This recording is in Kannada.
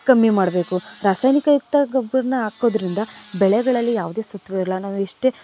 ಕಮ್ಮಿ ಮಾಡಬೇಕು ರಾಸಾಯನಿಕಯುಕ್ತ ಗೊಬ್ಬರನ ಹಾಕೋದ್ರಿಂದ ಬೆಳೆಗಳಲ್ಲಿ ಯಾವುದೇ ಸತ್ವ ಇಲ್ಲ ನಾವು ಎಷ್ಟೆ